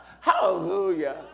Hallelujah